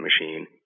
machine